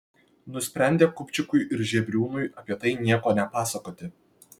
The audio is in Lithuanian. nusprendė kupčikui ir žebriūnui apie tai nieko nepasakoti